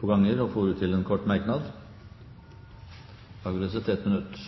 to ganger og får ordet til en kort merknad, avgrenset til 1 minutt.